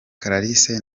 clarisse